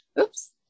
Oops